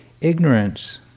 Ignorance